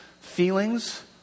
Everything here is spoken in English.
feelings